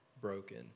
broken